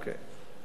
אוקיי.